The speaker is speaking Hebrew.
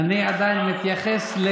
אני עדיין מתייחס,